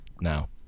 now